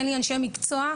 אין לי אנשי מקצוע.